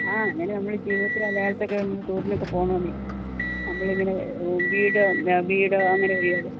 ആ അങ്ങനെ നമ്മൾ ജീവിതത്തിൽ നല്ല കാലത്തൊക്കെ ടൂറിനൊക്കെ പോകണം നമ്മൾ അങ്ങനെ വീട് വീട് അങ്ങനെ ചെയ്യുകയല്ലേ